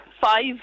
five